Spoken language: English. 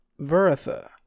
Veritha